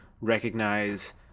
recognize